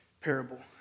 parable